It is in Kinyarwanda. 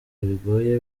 bigoye